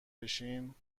بشین